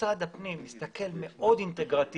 משרד הפנים מסתכל על הדברים בצורה אינטגרטיבית.